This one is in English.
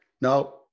Now